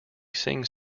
sings